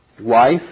wife